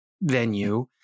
venue